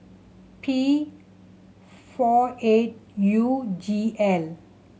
P four eight U G L